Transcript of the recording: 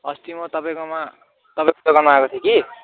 अस्ति म तपाईँकोमा तपाईँको दोकानमा आएको थिएँ कि